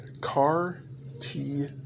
CAR-T